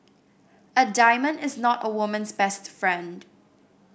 a diamond is not a woman's best friend